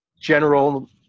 general